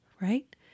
right